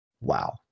wow